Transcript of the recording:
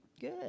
Good